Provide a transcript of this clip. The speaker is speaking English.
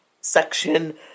section